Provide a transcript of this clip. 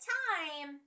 time